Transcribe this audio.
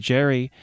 Jerry